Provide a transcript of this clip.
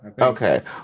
Okay